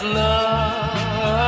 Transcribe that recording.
love